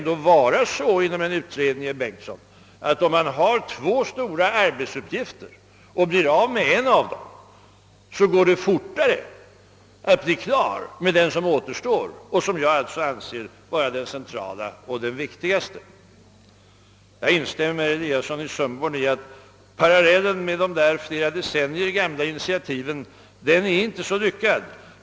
Om en utredning, som har två stora arbetsuppgifter, blir av med den ena, så går det väl fortare att bli klar med den som återstår och som jag anser vara den centrala och viktigaste. Jag instämmer med herr Eliasson i Sundborn i att parallellen med de flera decennier gamla initiativen inte är så lyckad.